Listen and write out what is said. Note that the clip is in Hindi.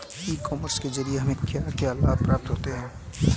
ई कॉमर्स के ज़रिए हमें क्या क्या लाभ प्राप्त होता है?